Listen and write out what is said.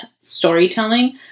storytelling